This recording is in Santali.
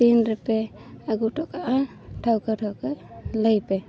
ᱛᱤᱱ ᱨᱮᱯᱮ ᱟᱹᱜᱩ ᱦᱚᱴᱚ ᱠᱟᱜᱼᱟ ᱴᱷᱟᱶᱠᱟᱹ ᱴᱷᱟᱹᱣᱠᱟᱹ ᱞᱟᱹᱭ ᱯᱮ